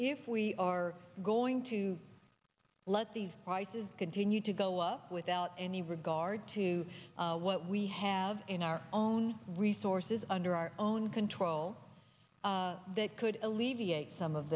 if we are going to let these prices continue to go up without any regard to what we have in our own resources under our own control that could alleviate some of